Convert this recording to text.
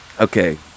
okay